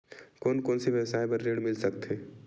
कोन कोन से व्यवसाय बर ऋण मिल सकथे?